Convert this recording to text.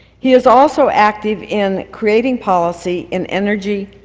he is also active in creating policy in energy,